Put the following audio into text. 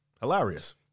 Hilarious